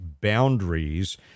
boundaries